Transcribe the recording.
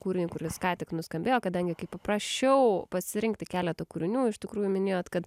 kūrinį kuris ką tik nuskambėjo kadangi kaip prašiau pasirinkti keletą kūrinių iš tikrųjų minėjot kad